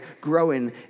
growing